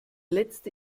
letzte